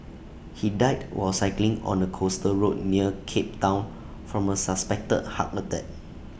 he died while cycling on A coastal road near cape Town from A suspected heart attack